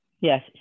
yes